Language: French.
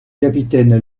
capitaine